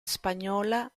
española